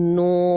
no